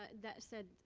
but that said,